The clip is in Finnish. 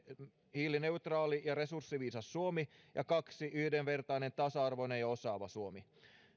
hiilineutraali ja resurssiviisas suomi ja kaksi yhdenvertainen tasa arvoinen ja osaava suomi